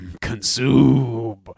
consume